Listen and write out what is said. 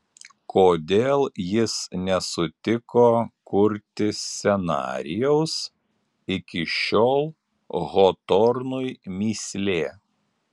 kodėl jis nesutiko kurti scenarijaus iki šiol hotornui mįslė